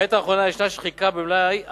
בעת האחרונה יש שחיקה במלאי,